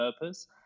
purpose